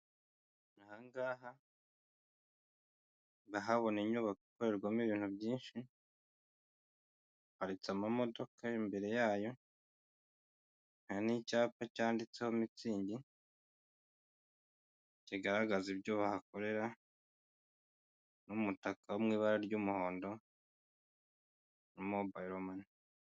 Ahangaha ndahabona inyubako ikorerwamo ibintu byinshi, haparitse amamodoka imbere yayo hari n'icyapa cyanditseho MUTZIG kigaragaza icyo bahakorera n'umutaka wo mu ibara ry'umuhondo wa MOBILE MONEY.